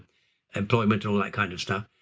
employment, all that kind of stuff,